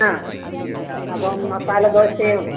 ആ അപ്പോൾ മസാല ദോശയും